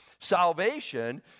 Salvation